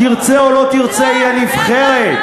תרצה או לא תרצה, היא הנבחרת.